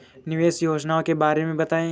निवेश योजनाओं के बारे में बताएँ?